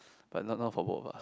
but not not for work ah